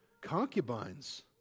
concubines